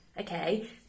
Okay